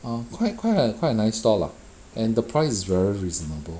ah qui~ qui~ a quite a nice store lah and the price is very reasonable